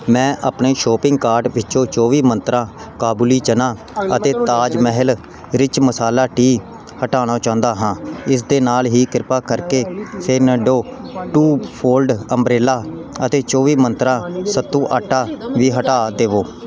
ਮੈਂ ਆਪਣੇ shopping cart ਵਿੱਚੋਂ ਚੋਵੀ ਮੰਤਰਾਂ ਕਾਬੁਲੀ ਚਨਾ ਅਤੇ ਤਾਜ ਮਹਿਲ ਰਿੱਚ ਮਸਾਲਾ ਟੀ ਹਟਾਉਣਾ ਚਾਹੁੰਦਾ ਹਾਂ ਇਸ ਦੇ ਨਾਲ ਹੀ ਕ੍ਰਿਪਾ ਕਰਕੇ ਫ਼ੇਨਡੋ ਟੂ ਫੋਲਡ ਅੰਬ੍ਰੇਲਾ ਅਤੇ ਚੋਵੀ ਮੰਤਰਾਂ ਸੱਤੂ ਆਟਾ ਵੀ ਹਟਾ ਦੇਵੋ